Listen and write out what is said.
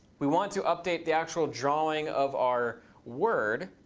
we want to update the actual drawing of our word,